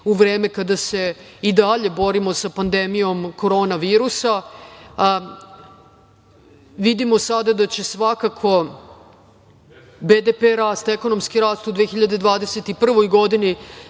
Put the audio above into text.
u vreme kada se i dalje borimo sa pandemijom korona virusa. Vidimo sada da će svakako BDP rast, ekonomski rast u 2021. godini